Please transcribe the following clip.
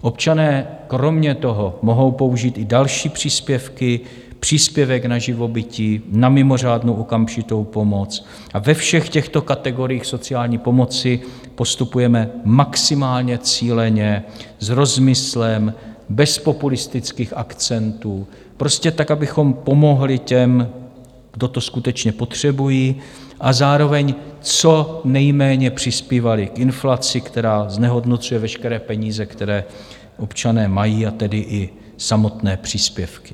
Občané kromě toho mohou použít další příspěvky příspěvek na živobytí, na mimořádnou okamžitou pomoc a ve všech těchto kategoriích sociální pomoci postupujeme maximálně cíleně, s rozmyslem, bez populistických akcentů, prostě tak, abychom pomohli těm, kdo to skutečně potřebují, a zároveň co nejméně přispívali k inflaci, která znehodnocuje veškeré peníze, které občané mají, a tedy i samotné příspěvky.